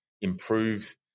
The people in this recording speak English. improve